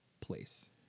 place